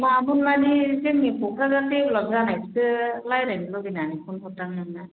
मामोन माने जोंनि क'क्राझार देभेलप्त जानायखौसो रायलायनो लुगैनानै फन हरदां नोंनो